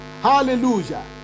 hallelujah